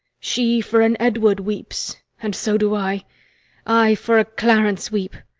she for an edward weeps, and so do i i for a clarence weep,